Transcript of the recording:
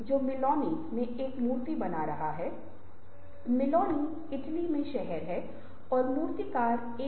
और दो तरफ हैं एक तरफ एक निवेश है दूसरी तरफ एक उत्पादन है